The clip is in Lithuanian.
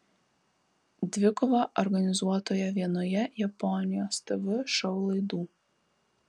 dvikovą organizuotoje vienoje japonijos tv šou laidų